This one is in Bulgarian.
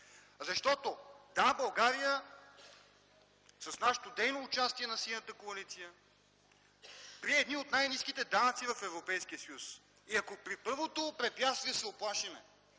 г.! Да, България с нашето дейно участие – на Синята коалиция, прие едни от най-ниските данъци в Европейския съюз. И ако при първото препятствие се уплашим,